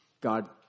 God